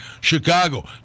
Chicago